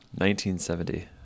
1970